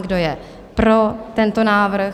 Kdo je pro tento návrh?